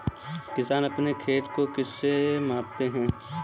किसान अपने खेत को किससे मापते हैं?